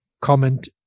comment